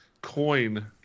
coin